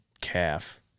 calf